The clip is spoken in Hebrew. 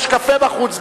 יש גם קפה בחוץ.